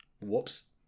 Whoops